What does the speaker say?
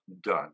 done